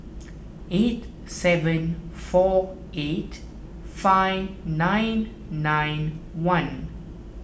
eight seven four eight five nine nine one